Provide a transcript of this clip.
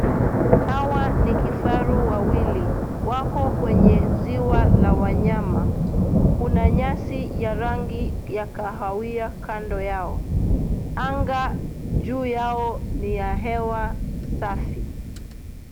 Hawa ni kifaru wawili. Wako kwenye ziwa la wanyama. Kuna nyasi ya rangi ya kahawia kando yao. Anga juu yao ni ya hewa safi.